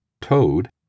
Toad